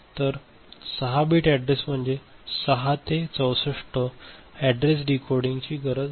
तर 6 bit address म्हणजे 6 ते 64 अॅड्रेस डिकोडिंग ची इथे गरज आहे